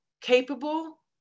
capable